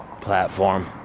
platform